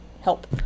help